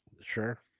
Sure